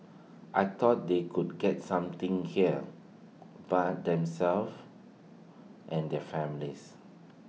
I thought they could get something here but themselves and their families